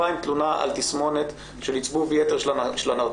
לא בא עם תלונה על תסמונת של עצבוב יתר של הנרתיק,